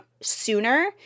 sooner